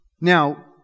Now